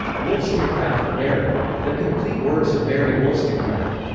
wollstonecraft, mary. the complete works of mary wollstonecraft.